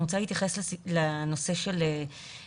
אני רוצה להתייחס למענים הרגשיים.